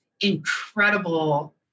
incredible